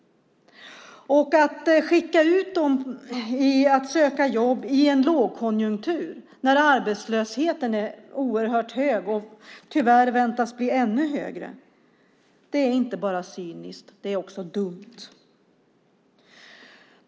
Att skicka ut dem att söka jobb i en lågkonjunktur när arbetslösheten är oerhört hög och tyvärr väntas bli ännu högre är inte bara cyniskt utan också dumt.